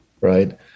Right